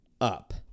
up